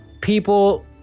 people